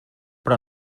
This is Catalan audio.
però